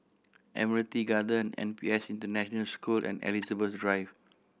Admiralty Garden N P S International School and Elizabeth Drive